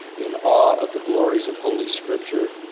in awe of the glories of holy scripture.